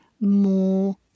more